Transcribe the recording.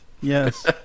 Yes